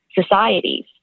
societies